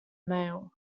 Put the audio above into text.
male